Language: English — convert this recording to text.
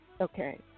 Okay